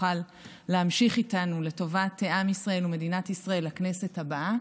תוכל להמשיך איתנו לטובת עם ישראל ומדינת ישראל לכנסת הבאה